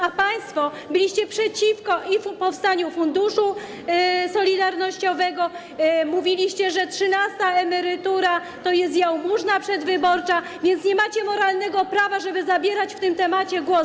A państwo i byliście przeciwko powstaniu Funduszu Solidarnościowego, i mówiliście, że trzynasta emerytura to jest jałmużna przedwyborcza, więc nie macie moralnego prawa, żeby zabierać na ten temat głos.